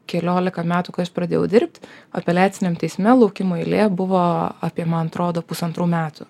keliolika metų kai aš pradėjau dirbt apeliaciniam teisme laukimo eilė buvo apie man atrodo pusantrų metų